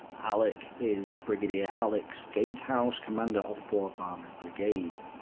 alec is brigadier alex gatehouse, commander of fourth armoured brigade.